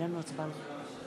מצביע מרדכי יוגב,